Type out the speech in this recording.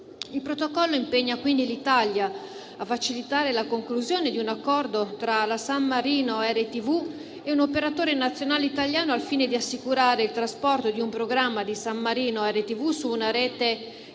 Il Protocollo impegna quindi l'Italia a facilitare la conclusione di un accordo tra la San Marino RTV e un operatore nazionale italiano al fine di assicurare il trasporto di un programma di San Marino RTV su una rete che